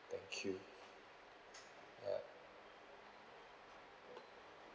thank you ya